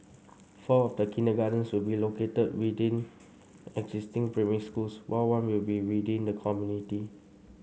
four of the kindergartens will be located within existing primary schools while one will be within the community